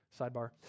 Sidebar